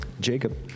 Jacob